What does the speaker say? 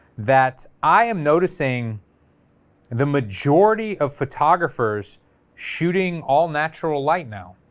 that i am noticing the majority of photographers shooting all natural light now.